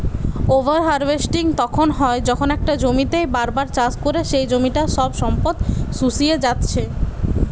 over harvesting তখন হয় যখন একটা জমিতেই বার বার চাষ করে সেই জমিটার সব সম্পদ শুষিয়ে জাত্ছে